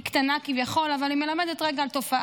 היא קטנה כביכול, אבל היא מלמדת על תופעה.